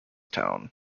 town